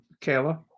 Kayla